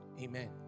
Amen